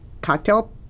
cocktail